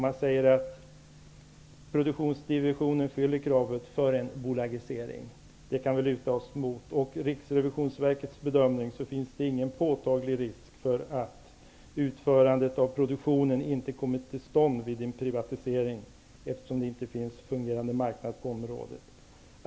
Man säger att produktionsdivisionen fyller kravet för en bolagisering. Det kan vi luta oss emot. Enligt Riksrevionsverkets bedömning finns det ingen påtaglig risk för att utförandet av produktionen inte kommer till stånd vid en privatisering på grund av att det inte finns en fungerande marknad på området.